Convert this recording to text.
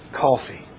coffee